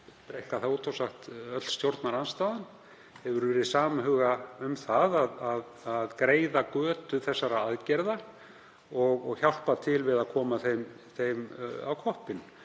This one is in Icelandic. reiknað það út og sagt að öll stjórnarandstaðan hafi verið samhuga um að greiða götu þessara aðgerða og hjálpa til við að koma þeim á koppinn.